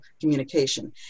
communication